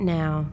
now